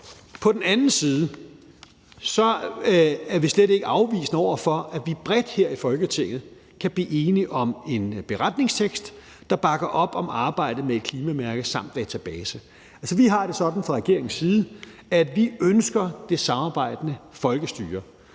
på den anden side er vi slet ikke afvisende over for, at vi bredt her i Folketinget kan blive enige om en beretningstekst, der bakker op om arbejdet med et klimamærke samt database. Vi har det sådan fra regeringens side, at vi ønsker det samarbejdende folkestyre,